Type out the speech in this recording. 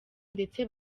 ndetse